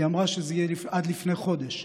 היא אמרה שזה יהיה עד לפני חודש.